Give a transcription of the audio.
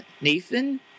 Nathan